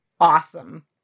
Awesome